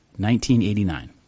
1989